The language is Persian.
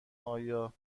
آیا